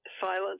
silence